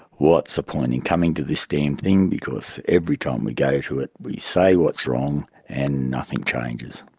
what's the point in coming to this damn thing, because every time we go to it we say what's wrong and nothing changes.